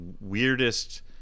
weirdest